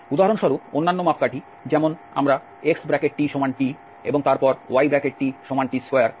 উদাহরণস্বরূপ অন্যান্য মাপকাঠি যেমন আমরা xtt এবং তারপর ytt2 নিতে পারি